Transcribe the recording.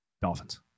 Dolphins